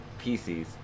PCs